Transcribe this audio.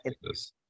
Yes